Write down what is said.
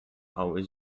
always